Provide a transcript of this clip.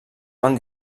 van